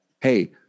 hey